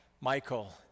Michael